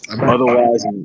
Otherwise